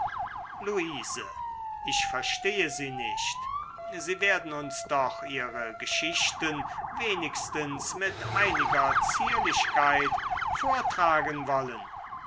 luise ich verstehe sie nicht sie werden uns doch ihre geschichten wenigstens mit einiger zierlichkeit vortragen wollen